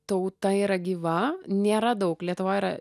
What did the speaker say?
tauta yra gyva nėra daug lietuvoj yra